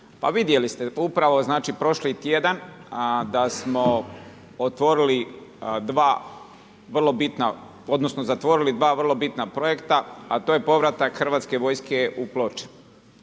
otvorili dva vrlo bitna, odnosno, zatvorili dva vrlo bitna projekta, a to je povratak Hrvatske vojske u Ploče.